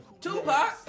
Tupac